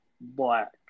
Black